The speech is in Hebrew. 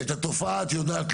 לא, לא.